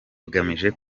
igamije